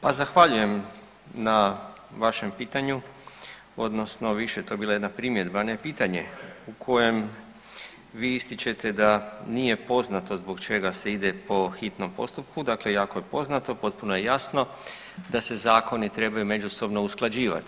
Pa zahvaljujem na vašem pitanju odnosno više je to bila jedna primjedba, a ne pitanje u kojem vi ističete da nije poznato zbog čega se ide po hitnom postupku, dakle jako je poznato, potpuno je jasno da se zakoni trebaju međusobno usklađivati.